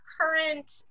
current